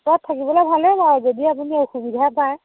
তাত থাকিবলৈ ভালেই বাৰু যদি আপুনি অসুবিধা পায়